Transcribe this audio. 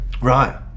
right